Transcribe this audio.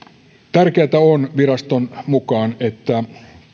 tärkeätä on viraston mukaan että